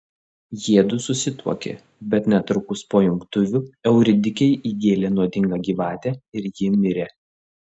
jiedu susituokė bet netrukus po jungtuvių euridikei įgėlė nuodinga gyvatė ir ji mirė